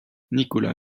nicolas